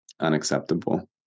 unacceptable